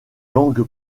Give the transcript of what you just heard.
langue